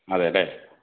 അതെ അല്ലേ